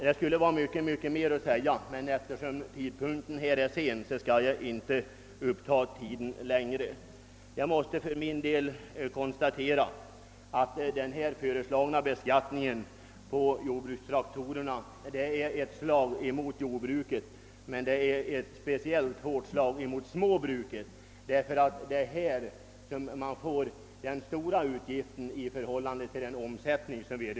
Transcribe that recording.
Det skulle vara mycket mer att säga, men eftersom timmen är sen skall jag inte uppta tiden längre. Jag måste konstatera att den föreslagna beskattningen på jordbrukstraktorer är ett slag mot jordbruket. Ett speciellt hårt slag är den mot småbruket, som får den största utgiften i förhållande till omsättningen.